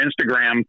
instagram